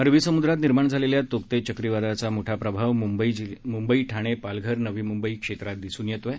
अरबी समुद्रात निर्माण झालेल्या तौक्ते चक्रीवादळाचा मोठा प्रभाव मुंबई ठाणे पालघर नवी मुंबई क्षेत्रात दिसून येतोय